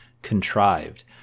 Contrived